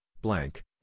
blank